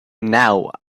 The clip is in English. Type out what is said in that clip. now